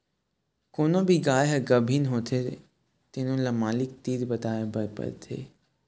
कोनो भी गाय ह गाभिन होथे तेनो ल मालिक तीर बताए बर परथे